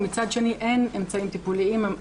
ומצד שני אין אמצעים טיפוליים,